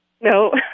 No